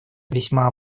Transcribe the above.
весьма